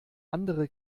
andere